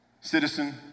Citizen